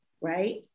right